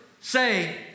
say